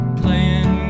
playing